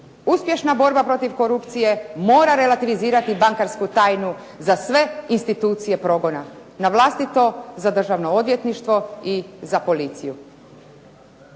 Uspješna borba protiv korupcije mora relativizirati bankarsku tajnu za sve institucije progona, navlastito za državno odvjetništvo i za policiju.